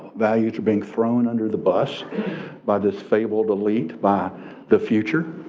values are being thrown under the bus by this fabled elite, by the future?